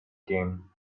came